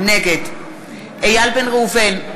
נגד איל בן ראובן,